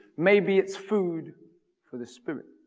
maybe it's food for the spirit.